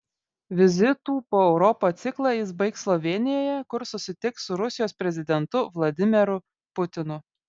vizitų po europą ciklą jis baigs slovėnijoje kur susitiks su rusijos prezidentu vladimiru putinu